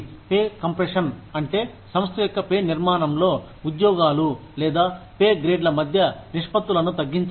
pay compression అంటే సంస్థ యొక్క పే నిర్మాణంలో ఉద్యోగాలు లేదా పే గ్రేడ్ల మధ్య నిష్పత్తులను తగ్గించడం